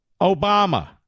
Obama